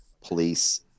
police